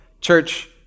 church